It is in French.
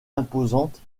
imposante